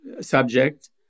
subject